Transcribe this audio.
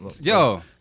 Yo